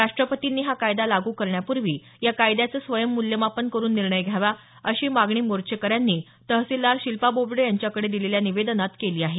राष्ट्रपतींनी हा कायदा लागू करण्यापूर्वी या कायद्याचे स्वयं मूल्यमापन करून निर्णय घ्यावा अशी मागणी या मोर्चेकऱ्यांनी तहसीलदार शिल्पा बोबडे यांच्याकडे दिलेल्या निवेदनात केली आहे